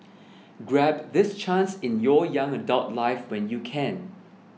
grab this chance in your young adult life when you can